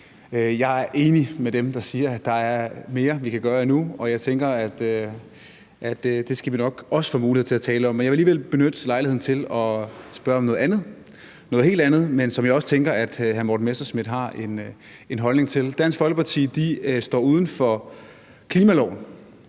Jeg er enig med dem, der siger, at der endnu er mere, vi kan gøre, og jeg tænker, at det skal vi nok også få mulighed til at tale om. Men jeg vil nu alligevel benytte lejligheden til at spørge om noget andet, noget helt andet, men som jeg også tænker at hr. Morten Messerschmidt har en holdning til. Dansk Folkeparti står uden for klimaloven